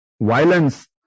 violence